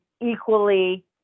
equally